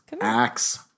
Axe